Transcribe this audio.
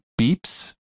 beeps